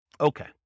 Okay